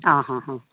हां हां हा